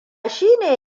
shine